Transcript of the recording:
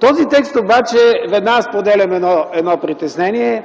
Този текст обаче, веднага споделям едно притеснение,